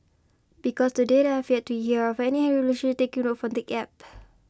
because to date I have yet to hear of any relationship taking root from the app